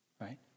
right